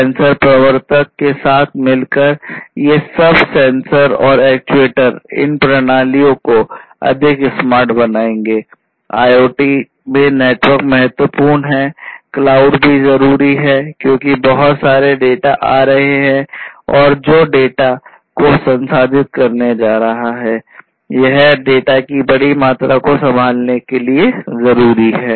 sensor प्रवर्तक भी जरूरी है क्योंकि बहुत सारे डेटा आ रहे हैं जो डेटा को संसाधित करने जा रहा है यह डेटा की बड़ी मात्रा को संभालने के लिए जरूरी है